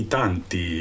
tanti